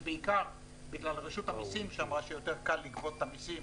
זה בעיקר בגלל רשות המסים שאמרה שיותר קל לגבות את המסים